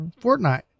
Fortnite